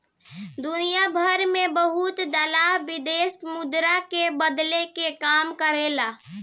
दुनियाभर में बहुत दलाल विदेशी मुद्रा के बदले के काम करेलन